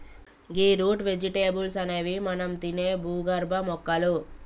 గీ root vegetables అనేవి మనం తినే భూగర్భ మొక్కలు